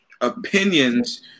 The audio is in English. opinions